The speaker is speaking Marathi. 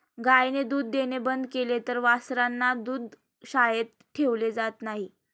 गायीने दूध देणे बंद केले तर वासरांना दुग्धशाळेत ठेवले जात नाही